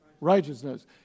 righteousness